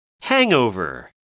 hangover